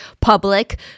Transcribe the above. public